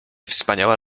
wspaniała